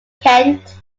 kent